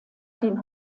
den